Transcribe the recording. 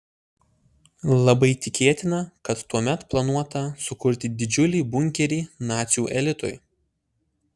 labai tikėtina kad tuomet planuota sukurti didžiulį bunkerį nacių elitui